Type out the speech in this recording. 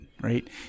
Right